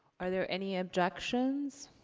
are there any objections?